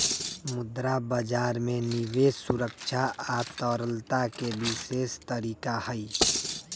मुद्रा बजार में निवेश सुरक्षा आ तरलता के विशेष तरीका हई